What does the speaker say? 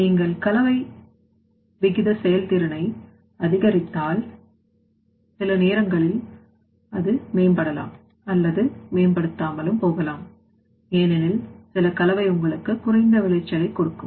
நீங்கள் கலவை விகிதசெயல்திறனை அதிகரித்தால் சில நேரங்களில் அது மேம் படலாம் அல்லது மேம்படுத்தாமல் போகலாம் ஏனெனில் சில கலவை உங்களுக்கு குறைந்த விளைச்சலை கொடுக்கும்